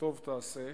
וטוב תעשה,